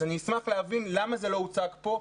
אני אשמח להבין למה זה לא הוצג כאן,